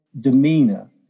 demeanor